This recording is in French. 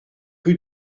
rue